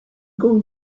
going